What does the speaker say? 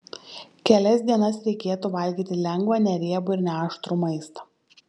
kelias dienas reikėtų valgyti lengvą neriebų ir neaštrų maistą